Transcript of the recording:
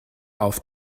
auf